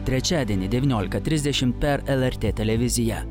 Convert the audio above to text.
trečiadienį devyniolika trisdešimt per lrt televiziją